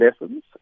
lessons